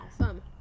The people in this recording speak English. Awesome